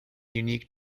unique